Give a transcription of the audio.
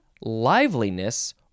liveliness